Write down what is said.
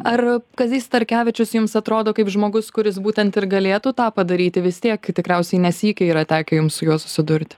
ar kazys starkevičius jums atrodo kaip žmogus kuris būtent ir galėtų tą padaryti vis tiek tikriausiai ne sykį yra tekę jums su juo susidurti